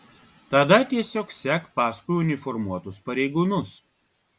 tada tiesiog sek paskui uniformuotus pareigūnus